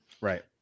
right